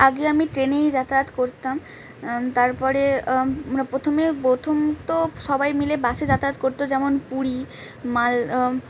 আগে আমি ট্রেনেই যাতায়াত করতাম তারপরে প্রথমে প্রথম তো সবাই মিলে বাসে যাতায়াত করতো যেমন পুরী মাল